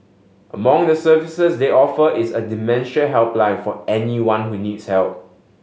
among the services they offer is a dementia helpline for anyone who needs help